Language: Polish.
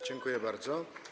Dziękuję bardzo.